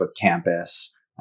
campus